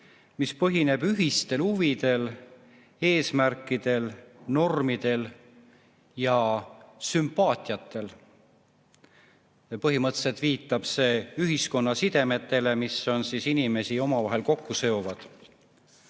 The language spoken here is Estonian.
mis põhineb ühistel huvidel, eesmärkidel, normidel ja sümpaatiatel. Põhimõtteliselt viitab see ühiskonna sidemetele, mis inimesi omavahel kokku seovad. Kui